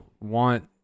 want